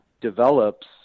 develops